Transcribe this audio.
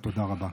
תודה רבה.